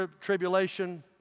tribulation